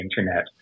Internet